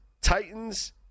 Titans